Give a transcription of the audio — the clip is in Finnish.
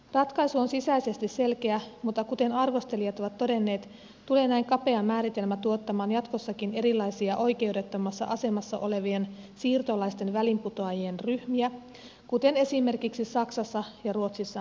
ratkaisu on sisäisesti selkeä mutta kuten arvostelijat ovat todenneet tulee näin kapea määritelmä tuottamaan jatkossakin erilaisia oikeudettomassa asemassa olevien siirtolaisten väliinputoajien ryhmiä kuten esimerkiksi saksassa ja ruotsissa on käynyt